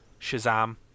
Shazam